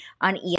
on